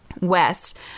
West